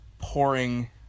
Pouring